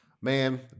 man